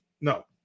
no